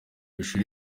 ishuri